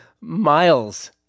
miles